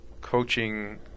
coaching